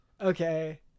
Okay